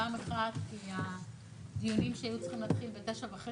פעם אחת כי הדיונים שהיו צריכים להתחיל ב-09:30